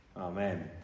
Amen